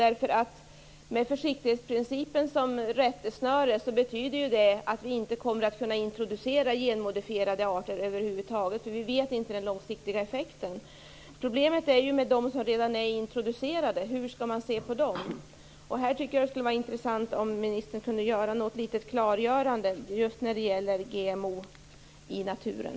Med försiktighetsprincipen som rättesnöre betyder det att vi inte kommer att kunna introducera genmodifierade arter över huvud taget, därför att vi inte känner till den långsiktiga effekten. Problemet är de som redan är introducerade: hur skall man se på dem? Det skulle vara intressant om ministern kunde ge ett klargörande just när det gäller GMO i naturen.